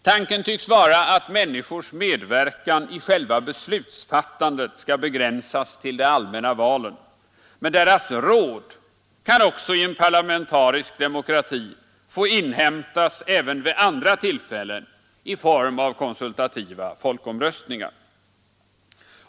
Tanken tycks vara att människors medverkan i själva beslutsfattandet skall begränsas till de allmänna valen, medan deras råd kan få inhämtas också vid andra tillfällen genom konsultativa folkomröstningar.